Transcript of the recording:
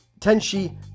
Tenshi